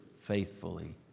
faithfully